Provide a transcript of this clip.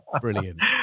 Brilliant